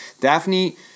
daphne